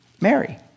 Mary